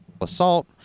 assault